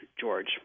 George